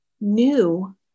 new